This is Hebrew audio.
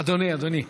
אדוני.